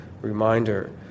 Reminder